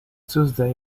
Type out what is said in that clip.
tuesday